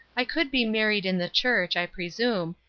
i could be married in the church, i presume,